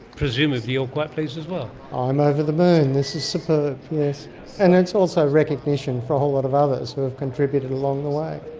presumably you're quite pleased as well. i'm over the moon, this is superb, yes, and it's also recognition for a whole lot of others who have contributed along the way.